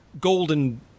golden